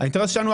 האינטרס שלנו,